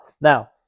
Now